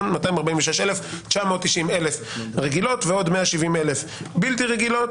3,346,990 רגילות ועוד 170,000 בלתי רגילות